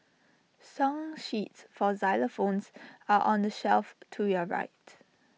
song sheets for xylophones are on the shelf to your right